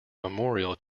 memorial